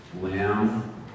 Lamb